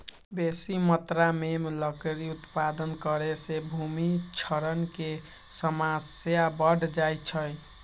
बेशी मत्रा में लकड़ी उत्पादन करे से भूमि क्षरण के समस्या बढ़ जाइ छइ